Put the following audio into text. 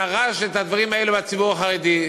דרש את הדברים האלה מהציבור החרדי.